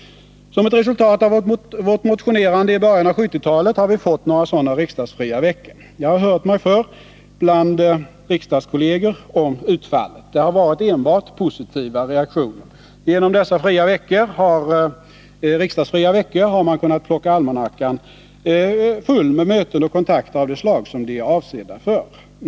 Som ett resultat av vårt motionerande i början av 1970-talet har vi fått några sådana riksdagsfria veckor. Jag har hört mig för bland riksdagskolleger om utfallet. Det har varit enbart positiva reaktioner. Genom dessa riksdagsfria veckor har man kunnat plocka almanackan full med möten och kontakter av det slag som de här veckorna är avsedda för.